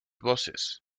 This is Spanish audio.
voces